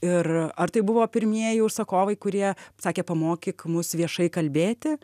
ir ar tai buvo pirmieji užsakovai kurie sakė pamokyk mus viešai kalbėti